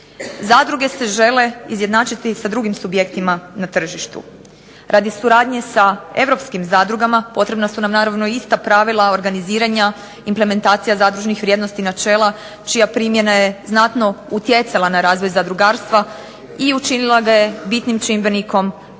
Zadruge se žele izjednačiti sa drugim subjektima na tržištu. Radi suradnje sa europskih zadrugama potrebno su nam naravno ista pravila organiziranja, implementacija zadružnih vrijednosti, načela, čija primjena je znatno utjecala na razvoj zadrugarstva i učinila ga je bitnim čimbenikom